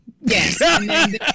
yes